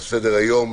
על סדר היום